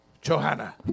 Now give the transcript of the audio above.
Johanna